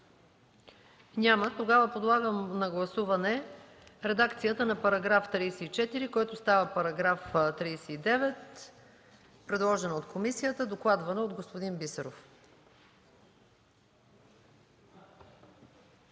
Няма. Подлагам на гласуване редакцията на § 34, който става § 39, предложена от комисията и докладвана от господин Бисеров.